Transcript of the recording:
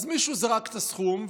אז מישהו זרק את הסכום,